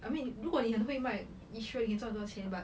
I mean 如果你很会卖 you sure you can 赚多钱: zhuan duo qian but